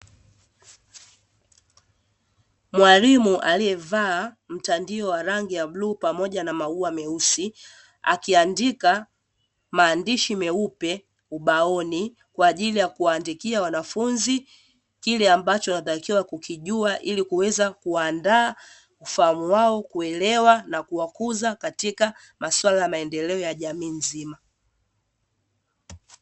Mwalimu aliyevaa mtandio wa rangi ya bluu pamoja na maua meusi, akiandika maandishi meupe ubaoni kwa ajili ya kuwaandikia wanafunzi kile ambacho unatakiwa kukijua, ili kuweza kuandaa ufahamu wao kuelewa na kuwakuza katika maswala ya maendeleo ya jamii nzima.